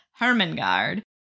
Hermengard